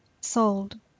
Sold